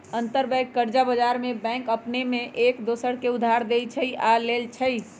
अंतरबैंक कर्जा बजार में बैंक अपने में एक दोसर के उधार देँइ छइ आऽ लेइ छइ